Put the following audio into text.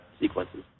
sequences